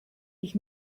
ich